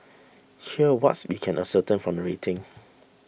here's what's we can ascertain from the rating